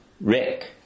rick